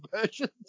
versions